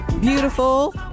Beautiful